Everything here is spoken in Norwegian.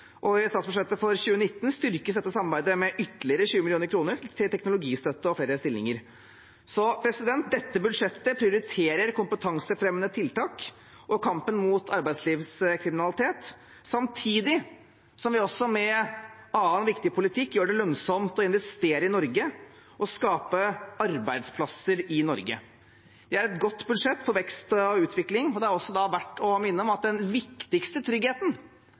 og i statsbudsjettet for 2019 styrkes dette samarbeidet med ytterligere 20 mill. kr til teknologistøtte og flere stillinger. Dette budsjettet prioriterer kompetansefremmende tiltak og kampen mot arbeidslivskriminalitet, samtidig som vi også med annen viktig politikk gjør det lønnsomt å investere og skape arbeidsplasser i Norge. Det er et godt budsjett for vekst og utvikling. Og det er verd å minne om at den viktigste tryggheten